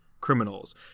criminals